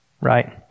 Right